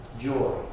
joy